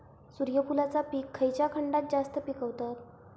सूर्यफूलाचा पीक खयच्या खंडात जास्त पिकवतत?